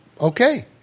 okay